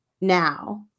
now